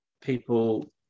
people